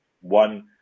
one